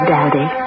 Daddy